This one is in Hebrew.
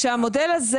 שהמודל הזה,